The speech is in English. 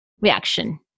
reaction